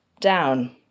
down